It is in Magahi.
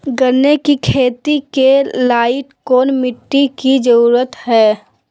गन्ने की खेती के लाइट कौन मिट्टी की जरूरत है?